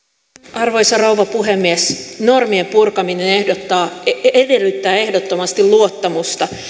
arvoisa rouva puhemies normien purkaminen edellyttää ehdottomasti luottamusta